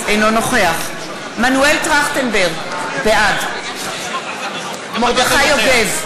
אינו נוכח מנואל טרכטנברג, בעד מרדכי יוגב,